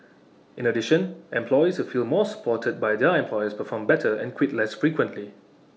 in addition employees who feel more supported by their employers perform better and quit less frequently